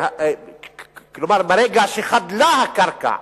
ברגע שחדלה הקרקע,